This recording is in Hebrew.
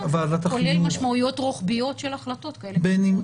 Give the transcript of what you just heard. כולל משמעויות רוחביות של החלטות כאלה ואחרות.